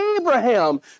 Abraham